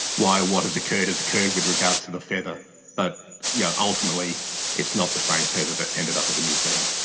why what has occurred has occurred with regard to the feather but yeah ultimately it's not the same feather that's ended up at the museum.